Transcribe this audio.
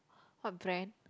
what brand